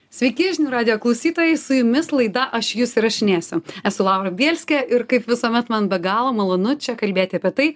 sveiki žinių radijo klausytojai su jumis laida aš jus įrašinėsiu esu laura bielskė ir kaip visuomet man be galo malonu čia kalbėti apie tai